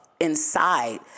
inside